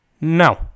No